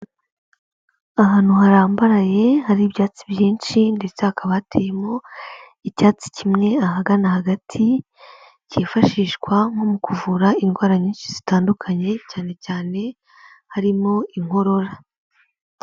Ahantu harambaraye hari ibyatsi byinshi ndetse hakaba hateyemo icyatsi kimwe ahagana hagati, kifashishwa nko mu kuvura indwara nyinshi zitandukanye cyane cyane harimo inkorora.